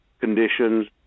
conditions